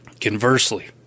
Conversely